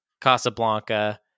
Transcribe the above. Casablanca